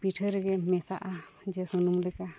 ᱯᱤᱴᱷᱟᱹ ᱨᱮᱜᱮ ᱢᱮᱥᱟᱜᱼᱟ ᱡᱮ ᱥᱩᱱᱩᱢ ᱞᱮᱠᱟ